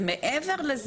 ומעבר לזה,